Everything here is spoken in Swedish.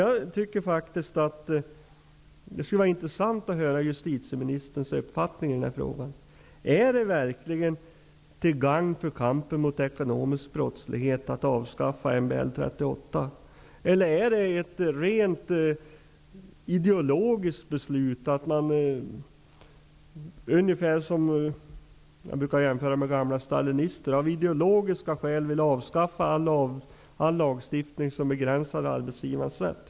Det skulle faktiskt vara intressant att höra justitieministerns uppfattning i den här frågan. Är det verkligen till gagn för kampen mot ekonomisk brottslighet att avskaffa MBL § 38, eller är det ett rent ideologiskt beslut? Det är ungefär som -- jag brukar göra den här jämförelsen -- när gamla stalinister av ideologiska skäl vill avskaffa all lagstiftning som begränsar arbetsgivarens rätt.